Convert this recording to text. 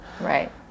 Right